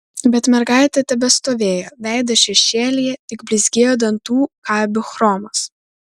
bet mergaitė tebestovėjo veidas šešėlyje tik blizgėjo dantų kabių chromas